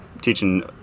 teaching